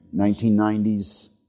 1990s